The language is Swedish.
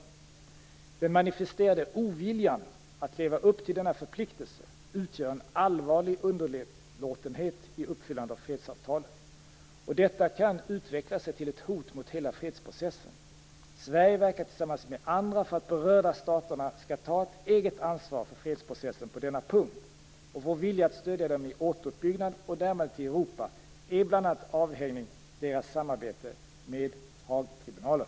Den manifesterade oviljan att leva upp till denna förpliktelse utgör en allvarlig underlåtenhet i uppfyllandet av fredsavtalet. Detta kan utveckla sig till ett hot mot hela fredsprocessen. Sverige verkar tillsammans med andra för att de berörda staterna skall ta ett eget ansvar för fredsprocessen på denna punkt. Vår vilja att stödja dem i återuppbyggnad och närmandet till Europa är bl.a. avhängig deras samarbete med Haagtribunalen.